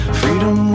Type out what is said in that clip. freedom